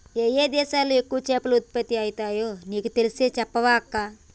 ఏయే దేశాలలో ఎక్కువ చేపలు ఉత్పత్తి అయితాయో నీకు తెలిస్తే చెప్పవ అక్కా